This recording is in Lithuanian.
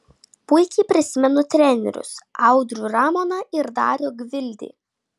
puikiai prisimenu trenerius audrių ramoną ir darių gvildį